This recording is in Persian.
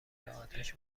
اتش